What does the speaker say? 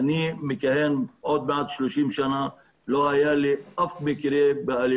אני מכהן כ-30 שנים בתפקידי ולא היה לי אף מקרה כזה.